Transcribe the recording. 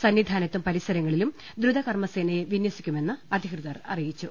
സന്നിധാ നത്തും പരിസരങ്ങളിലും ദ്രുതകർമ്മസേനയെ വിന്യസിക്കുമെന്ന് അധികൃതർ അറിയിച്ചു